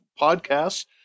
podcasts